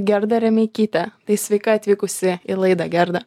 gerda remeikytė tai sveika atvykusi į laidą gerda